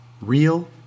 real